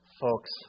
folks